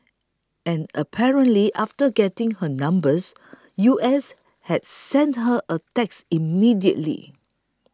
and apparently after getting her numbers U S had sent her a text immediately